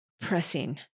pressing